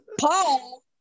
Paul